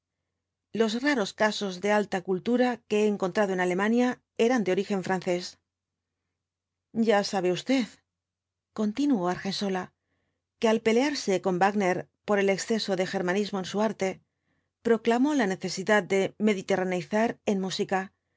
los raros casos de alta cultura que he encontrado en alemania eran de origen francés ya sabe usted continuó argensola que al pelear se con wágner pof el exceso de germanismo en su arte proclamó la necesidad de mediterraneizar en música